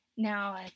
Now